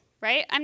right